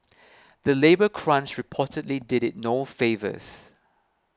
the labour crunch reportedly did it no favours